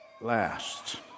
last